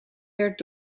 werd